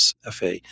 FA